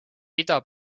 ida